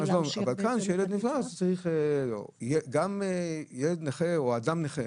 אבל כאן כשילד נפטר אז צריך גם ילד נכה או אדם נכה